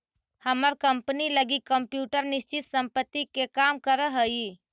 हमर कंपनी लगी कंप्यूटर निश्चित संपत्ति के काम करऽ हइ